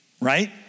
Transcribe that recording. right